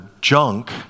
junk